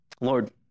Lord